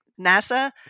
NASA